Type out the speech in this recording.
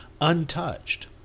untouched